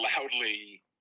loudly